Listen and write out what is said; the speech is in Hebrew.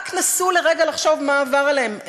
רק נסו לרגע לחשוב מה עבר עליהם.